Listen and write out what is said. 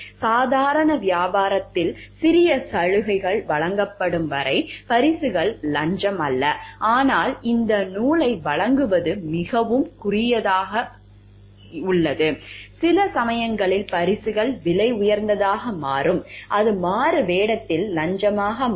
சாதாரண வியாபாரத்தில் சிறிய சலுகைகள் வழங்கப்படும் வரை பரிசுகள் லஞ்சம் அல்ல ஆனால் இந்த நூலை வழங்குவது மிகவும் குறுகியதாக உள்ளது சில சமயங்களில் பரிசுகள் விலை உயர்ந்ததாக மாறும் அது மாறுவேடத்தில் லஞ்சமாக மாறும்